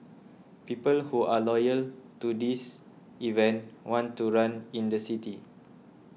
people who are loyal to this event want to run in the city